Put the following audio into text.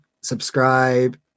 subscribe